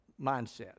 mindset